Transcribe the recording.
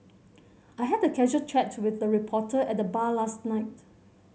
I had a casual chat with a reporter at the bar last night